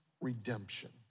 redemption